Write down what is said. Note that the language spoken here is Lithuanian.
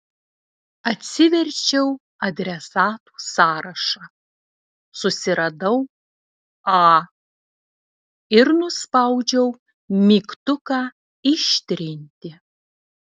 atsiverčiau adresatų sąrašą susiradau a ir nuspaudžiau mygtuką ištrinti